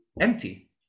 empty